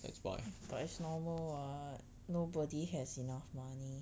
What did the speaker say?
that's why